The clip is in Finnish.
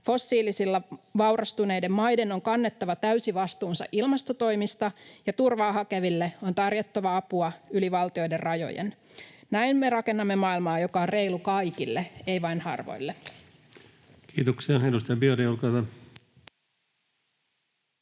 fossiilisilla vaurastuneiden maiden on kannettava täysi vastuunsa ilmastotoimista ja turvaa hakeville on tarjottava apua yli valtioiden rajojen. Näin me rakennamme maailmaa, joka on reilu kaikille, ei vain harvoille. [Speech 15] Speaker: